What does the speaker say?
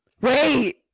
Wait